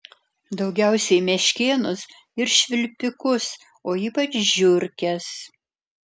daugiausiai meškėnus ir švilpikus o ypač žiurkes